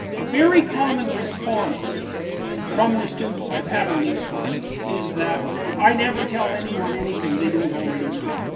a very common response from the students i had in these courses is that i never tell anyone anything they don't already know.